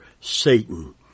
Satan